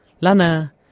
Lana